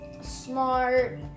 smart